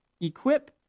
equip